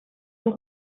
aux